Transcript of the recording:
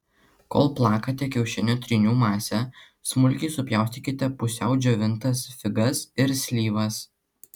kol plakate kiaušinio trynių masę smulkiai supjaustykite pusiau džiovintas figas ir slyvas